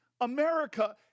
America